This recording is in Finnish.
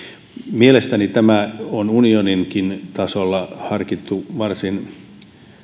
mielestäni tämä on unioninkin tasolla harkittu varsin